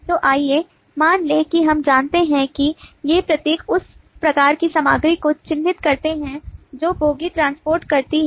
तो आइए मान लें कि हम जानते हैं कि ये प्रतीक उस प्रकार की सामग्री को चिह्नित करते हैं जो बोगी ट्रांसपोर्ट करती है